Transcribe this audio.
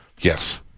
Yes